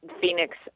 Phoenix